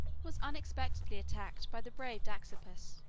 was unexpectedly attacked by the brave dexippus,